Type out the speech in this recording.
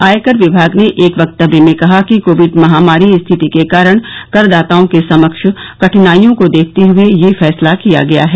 आयकर विभाग ने एक वक्तव्य में कहा कि कोविड महामारी स्थिति के कारण करदाताओं के समक्ष कठिनाइयों को देखते हुए यह फैसला किया गया है